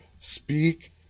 speak